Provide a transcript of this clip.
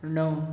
णव